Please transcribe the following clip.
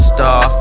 Star